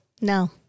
No